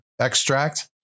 extract